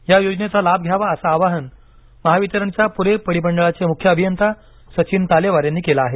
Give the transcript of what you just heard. या योजनेचा लाभ घ्यावा असं आवाहन महावितरणच्या पूणे परिमंडळाचे मुख्य अभियता सचिन तालेवार यांनी केलं आहे